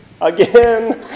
Again